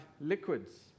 liquids